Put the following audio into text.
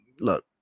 look